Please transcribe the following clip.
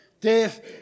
Death